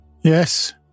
Yes